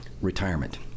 retirement